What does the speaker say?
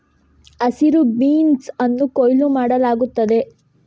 ಹಸಿರು ಬೀನ್ಸ್ ಅನ್ನು ಕೊಯ್ಲು ಮಾಡಲಾಗುತ್ತದೆ